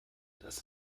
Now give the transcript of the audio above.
das